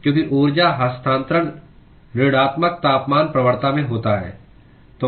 क्योंकि ऊर्जा हस्तांतरण ऋणात्मक तापमान प्रवणता में होता है